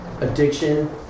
addiction